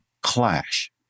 clash